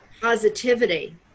positivity